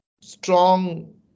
strong